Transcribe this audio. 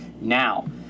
now